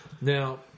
Now